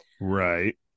Right